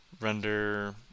render